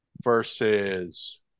versus